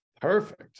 perfect